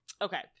Okay